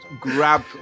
grab